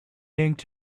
yanked